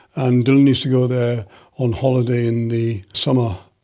and dylan used to go there on holiday in the summer,